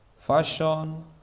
fashion